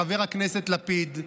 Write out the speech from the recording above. חבר הכנסת לפיד,